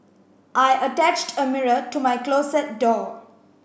I attached a mirror to my closet door